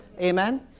Amen